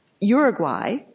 Uruguay